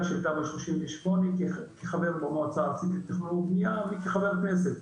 של תמ"א 38 כחבר במועצה הארצית לתכנון ובנייה וכחבר כנסת.